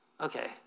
Okay